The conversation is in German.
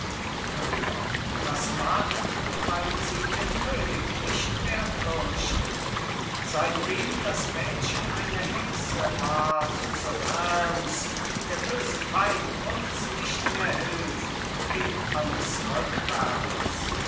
köhler das macht weil sie den könig nicht mehr fürchten seitdem das mädchen eine hexe ward zu reims der böse feind uns nicht mehr hilft geht alles rückwärts